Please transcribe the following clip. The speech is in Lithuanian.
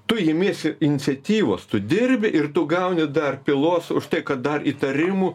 tu imiesi iniciatyvos tu dirbi ir tu gauni dar pylos už tai kad dar įtarimų